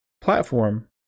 platform